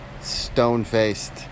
stone-faced